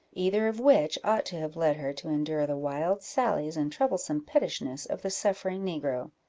either of which ought to have led her to endure the wild sallies and troublesome pettishness of the suffering negro.